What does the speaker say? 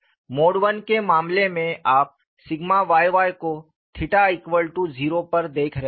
mode I के मामले में आप सिग्मा yy को 0 पर देख रहे हैं